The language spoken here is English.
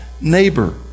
neighbor